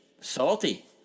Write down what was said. Salty